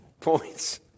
points